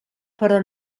però